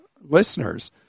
listeners